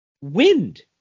Wind